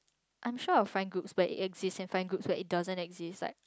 I'm sure of fine groups but it exist in fine groups where it doesn't exist like